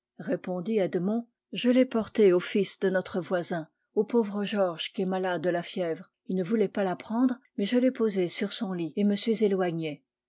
répondit edmond je l'ai porlée au fils de notre voisin au pauvre georges qui est malade de la fièvre il ne voulait pas la prendre mais je l'ai posée sur son lit et me suis éloigné